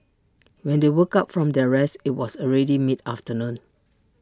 when they woke up from their rest IT was already mid afternoon